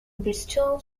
bristow